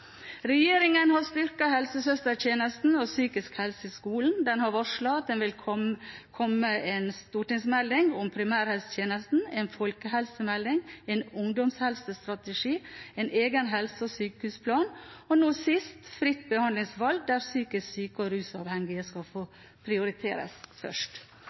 Regjeringen har styrket helsesøstertjenesten og psykisk helsetjeneste i skolen. Den har varslet at det vil komme en stortingsmelding om primærhelsetjenesten, en folkehelsemelding, en ungdomshelsestrategi, en egen helse- og sykehusplan – og nå sist fritt behandlingsvalg, der psykisk syke og rusavhengige skal prioriteres først.